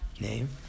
name